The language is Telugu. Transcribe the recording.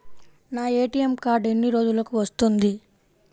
నా ఏ.టీ.ఎం కార్డ్ ఎన్ని రోజులకు వస్తుంది?